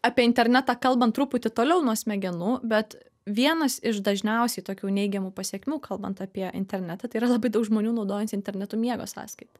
apie internetą kalbant truputį toliau nuo smegenų bet vienas iš dažniausiai tokių neigiamų pasekmių kalbant apie internetą tai yra labai daug žmonių naudojasi internetu miego sąskaita